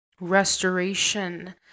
restoration